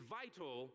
vital